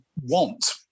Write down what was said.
want